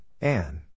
Anne